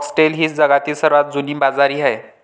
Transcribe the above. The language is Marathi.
फॉक्सटेल ही जगातील सर्वात जुनी बाजरी आहे